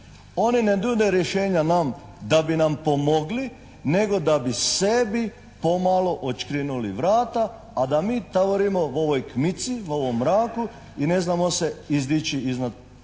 Oni ne nude rješenja nam da bi nam pomogli nego da bi sebi pomalo odškrinuli vrata, a da mi tavorimo u ovoj kmici, u ovom mraku i ne znamo se izdići iznad